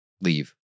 leave